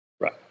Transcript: right